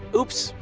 oops.